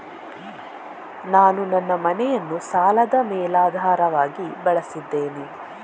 ನಾನು ನನ್ನ ಮನೆಯನ್ನು ಸಾಲದ ಮೇಲಾಧಾರವಾಗಿ ಬಳಸಿದ್ದೇನೆ